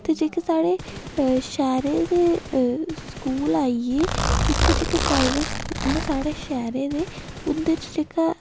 ते जेह्के साढ़ै शैह्रे दे स्कूल आई गे इत्थें जेह्के प्राइवेट स्कूल न साढ़े शैह्रे दे उंदे च जेह्का